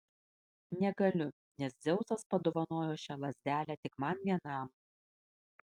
negaliu nes dzeusas padovanojo šią lazdelę tik man vienam